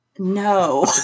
No